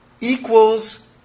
equals